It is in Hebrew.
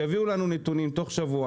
אני מבקש שיביאו לנו נתונים תוך שבוע,